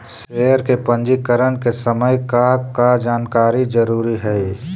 share के पंजीकरण के समय का का जानकारी जरूरी हई